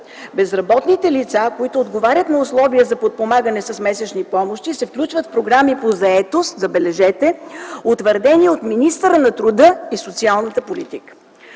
„Безработните лица, които отговарят на условия за подпомагане с месечни помощи, се включват в програми по заетост – забележете – утвърдени от министъра на труда и социалната политика”.